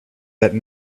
that